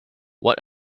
what